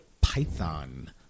Python